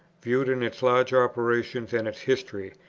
viewed in its large operations and its history,